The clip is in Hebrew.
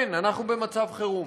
כן, אנחנו במצב חירום.